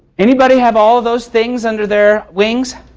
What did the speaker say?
anybody have all of those things under their wings?